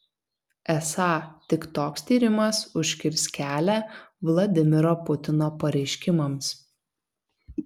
esą tik toks tyrimas užkirs kelią vladimiro putino pareiškimams